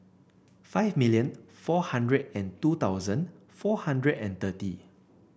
five million four hundred and two thousand four hundred and thirty